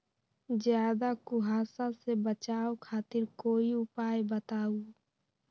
ज्यादा कुहासा से बचाव खातिर कोई उपाय बताऊ?